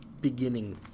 beginning